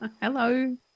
Hello